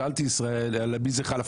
שאלתי על מי זה חל.